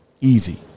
Easy